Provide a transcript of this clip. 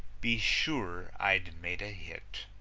be sure i'd made a hit.